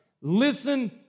listen